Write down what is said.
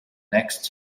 next